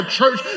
church